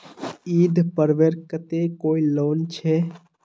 ईद पर्वेर केते कोई लोन छे?